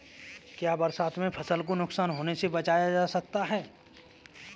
क्या बरसात में फसल को नुकसान होने से बचाया जा सकता है?